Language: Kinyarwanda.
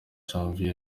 janvier